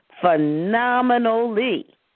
Phenomenally